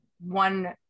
one